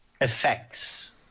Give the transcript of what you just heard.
effects